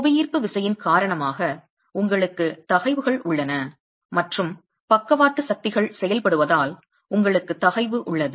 புவியீர்ப்பு விசையின் காரணமாக உங்களுக்கு தகைவுகள் உள்ளன மற்றும் பக்கவாட்டு சக்திகள் செயல்படுவதால் உங்களுக்கு தகைவு உள்ளது